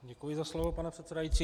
Děkuji za slovo, pane předsedající.